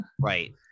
Right